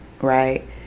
right